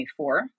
24